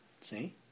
See